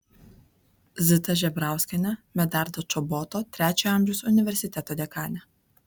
zita žebrauskienė medardo čoboto trečiojo amžiaus universiteto dekanė